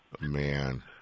Man